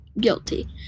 guilty